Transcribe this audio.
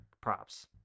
props